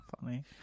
funny